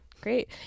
great